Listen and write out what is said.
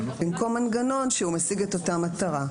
במקום מנגנון שמשיג את אותה מטרה.